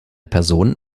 personen